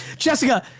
jessica,